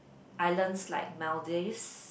islands like Maldives